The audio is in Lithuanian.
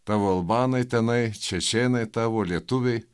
tavo albanai tenai čečėnai tavo lietuviai